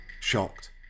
Shocked